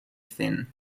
thin